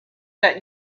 that